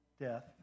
death